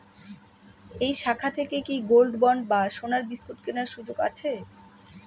এই শাখা থেকে কি গোল্ডবন্ড বা সোনার বিসকুট কেনার সুযোগ আছে?